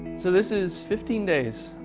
so this is fifteen days.